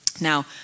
Now